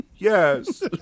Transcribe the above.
Yes